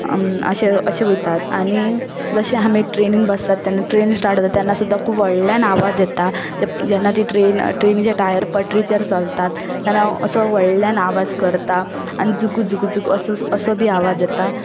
अशे अशे वयतात आनी जशें आमी ट्रेनीन बसतात तेन्ना ट्रेन स्टार्ट जाता तेन्ना सुद्दां खूब व्हडल्यान आवाज येता जेन्ना ती ट्रेन ट्रेनीचे टायर पट्रीचेर चलतात तेन्ना असो व्हडल्यान आवाज करता आनी झुकू झुकू असो असो बी आवाज येता